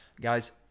guys